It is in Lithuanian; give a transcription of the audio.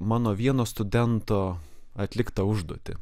mano vieno studento atliktą užduotį